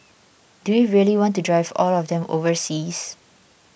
do we really want to drive all of them overseas